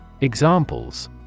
Examples